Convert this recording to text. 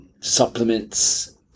supplements